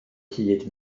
hyd